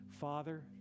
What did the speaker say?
Father